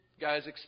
Guys